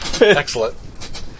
Excellent